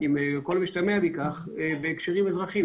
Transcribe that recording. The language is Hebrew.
עם כל המשתמע מכך, בהקשרים אזרחיים.